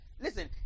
Listen